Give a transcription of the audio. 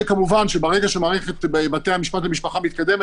וכמובן שברגע שמערכת בתי המשפט למשפחה מתקדמת